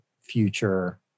future